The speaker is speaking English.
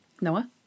Noah